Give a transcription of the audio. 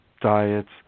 diets